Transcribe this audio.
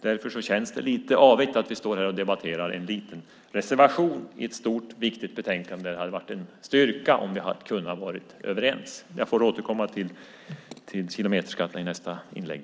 Därför känns det lite avigt att vi står här och debatterar en liten reservation i ett stort och viktigt utlåtande. Det hade varit en styrka om vi hade kunnat vara överens. Jag får återkomma till kilometerskatten i nästa inlägg.